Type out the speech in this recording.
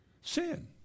Sin